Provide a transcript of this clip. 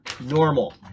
normal